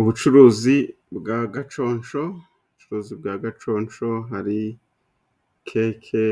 Ubucuruzi bw'agaconco, ubucuruzi bw'agaconco hari keke,